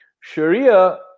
Sharia